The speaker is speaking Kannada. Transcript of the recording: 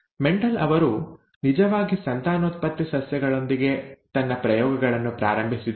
ಮೆಂಡೆಲ್ ಅವರು ನಿಜವಾದ ಸಂತಾನೋತ್ಪತ್ತಿ ಸಸ್ಯಗಳೊಂದಿಗೆ ತನ್ನ ಪ್ರಯೋಗಗಳನ್ನು ಪ್ರಾರಂಭಿಸಿದರು